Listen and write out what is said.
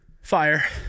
Fire